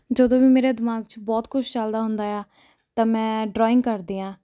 ਜਦੋਂ ਵੀ ਮੇਰੇ ਦਿਮਾਗ 'ਚ ਬਹੁਤ ਕੁਛ ਚੱਲਦਾ ਹੁੰਦਾ ਆ ਤਾਂ ਮੈਂ ਡਰੋਇੰਗ ਕਰਦੀ ਹਾਂ